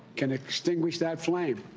can extinguish that flame.